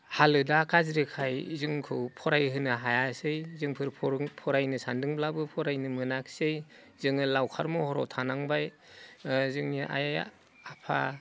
हालोदा गाज्रिखाय जोंखौ फरायहोनो हायासै जोंफोर फरायनो सान्दोंब्लाबो फरायनो मोनासै जोङो लावखार महराव थानांबाय जोंनि आइ आफा